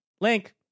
Link